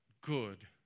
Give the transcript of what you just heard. good